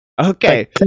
Okay